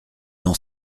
n’en